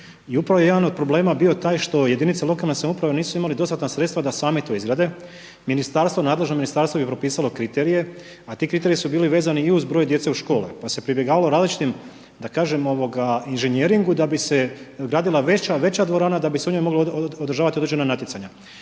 I upravo je jedan od problema bio taj što jedinice lokalne samouprave nisu imali dostatna sredstva da sami to izrade, Ministarstvo, nadležno ministarstvo je propisalo kriterije a ti kriteriji su bili vezani i uz broj djece u školama, pa se pribjegavalo različitim, da kažem inženjeringu da bi se gradila veća, veća dvorana da bi se u njoj mogla održavati određena natjecanja.